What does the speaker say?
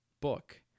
book